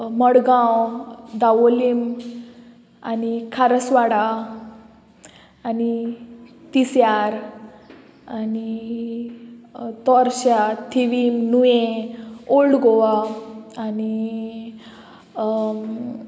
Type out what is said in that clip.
मडगांव दावोलीम आनी खारसवाडा आनी तिसार आनी तोरशा थिवीम नुयें ओल्ड गोवा आनी